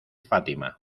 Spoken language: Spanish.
fátima